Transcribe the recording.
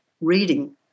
reading